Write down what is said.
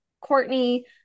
Courtney